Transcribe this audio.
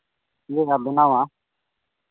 ᱤᱭᱟᱹᱣᱟ ᱵᱮᱱᱟᱣᱟ